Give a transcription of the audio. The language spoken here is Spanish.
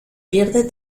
pierde